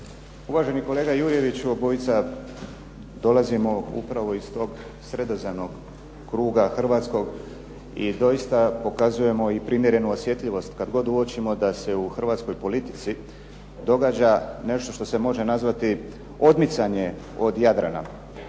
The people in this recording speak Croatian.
Uvaženi kolega Jurjeviću obojica dolazimo upravo iz tog sredozemnog kruga Hrvatskog i doista pokazujemo i primjerenu osjetljivost kad god uočimo da se u hrvatskoj politici događa nešto što se može nazvati odmicanje od Jadrana.